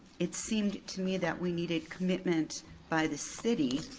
it seemed to me that we needed commitment by the city,